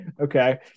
okay